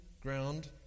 ground